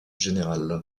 général